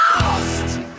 lost